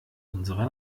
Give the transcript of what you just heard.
unserer